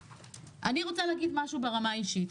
אני רוצה להגיד משהו ברמה האישית.